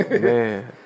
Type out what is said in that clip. Man